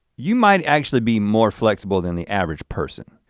you might actually be more flexible than the average person.